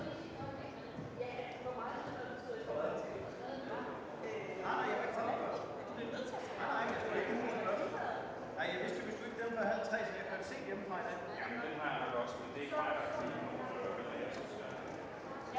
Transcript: det er det, der er det